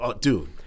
Dude